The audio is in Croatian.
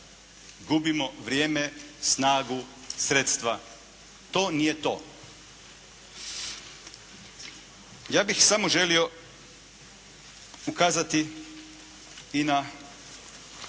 gubimo vrijeme, snagu, sredstva. To nije to. Ja bih samo želio ukazati i na